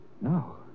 No